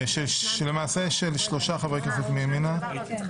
למעשה של שלושה חברי כנסת מימינה --- סליחה,